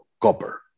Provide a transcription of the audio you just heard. copper